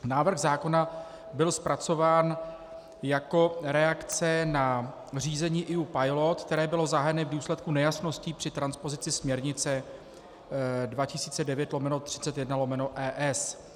Návrh zákona byl zpracován jako reakce na řízení EU Pilot, které bylo zahájené v důsledku nejasností při transpozici směrnice 2009/31/ES.